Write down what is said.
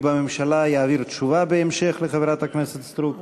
בממשלה יעביר תשובה בהמשך לחברת הכנסת סטרוק?